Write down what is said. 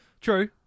True